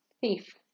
thief